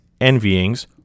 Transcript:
envyings